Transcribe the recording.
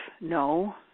no